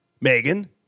Megan